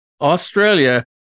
Australia